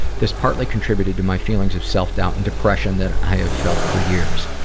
this partly contributed to my feelings of self-doubt and depression that i have felt for years.